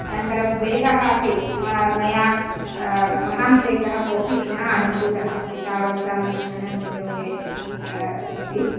अनन्तरं वेगः अपि म मया महान् क्लेशः कोऽपि न अनुभूतः एतावतां वर्षाणां उपयोगे अपि